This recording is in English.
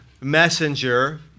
messenger